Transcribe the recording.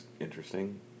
interesting